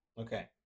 Okay